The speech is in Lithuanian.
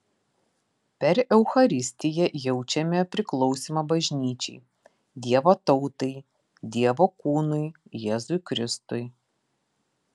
per eucharistiją jaučiame priklausymą bažnyčiai dievo tautai dievo kūnui jėzui kristui